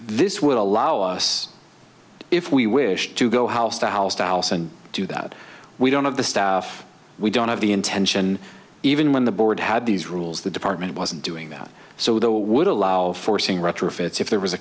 this would allow us if we wish to go house to house to house and do that we don't have the staff we don't have the intention even when the board had these rules the department wasn't doing that so the would allow forcing retrofits if there was a